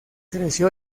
creció